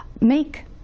make